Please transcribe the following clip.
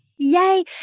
Yay